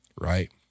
right